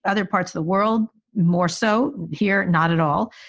other parts of the world more so here. not at all.